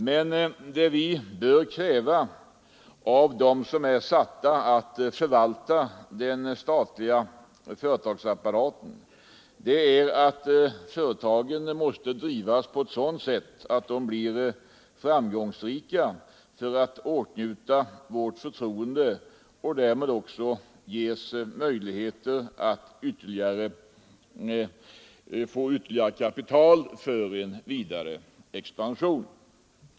Men det vi bör kräva av dem som är satta att förvalta de statliga företagen är att de driver företagen på ett sådant sätt att de blir framgångsrika, för att de skall kunna åtnjuta vårt förtroende och därmed ges möjligheter att få ytterligare kapital för en vidare expansion.